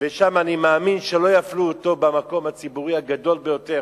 כי לא ייתנו לי להיכנס.